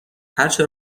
هرچه